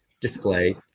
display